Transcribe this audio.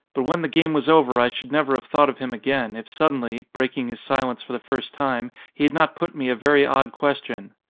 but when the game was over i should never have thought of him again, if suddenly, breaking his silence for the first time, he had not put me a very odd question.